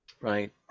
Right